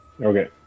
Okay